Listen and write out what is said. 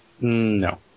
No